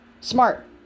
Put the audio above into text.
smart